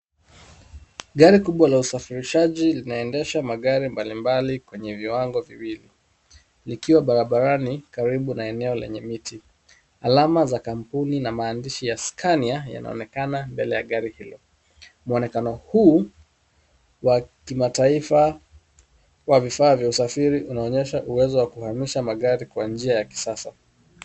Gari kubwa la usafirishaji linaendesha magari mbalimbali kwenye viwango viwili likiwa barabarani karibu na eneo lenye miti. Alama za kampuni na maandishi ya Scania yanaonekana mbele ya gari hilo. Mwonekano huu wa kimataifa wa vifaa vya usafiri unaonyesha uwezo wa kuhamisha magari kwa njia ya kisasa.